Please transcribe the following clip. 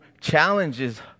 challenges